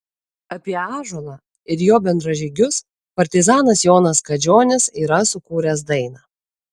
apie ąžuolą ir jo bendražygius partizanas jonas kadžionis yra sukūręs dainą